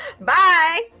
Bye